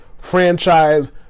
franchise